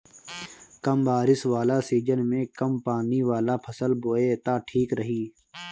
कम बारिश वाला सीजन में कम पानी वाला फसल बोए त ठीक रही